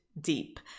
deep